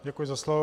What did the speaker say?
Děkuji za slovo.